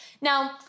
Now